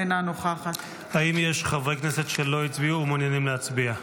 אינה נוכחת האם יש חברי כנסת שלא הצביעו ומעוניינים להצביע?